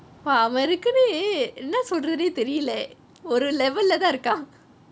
!wah! a~ என்ன சொல்றதே தெரியலே ஒரு லெவலேதான் இருக்குறான்:enna solrethey theriyile oru levelethaan irukuraan